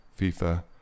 FIFA